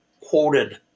quoted